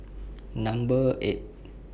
Number eight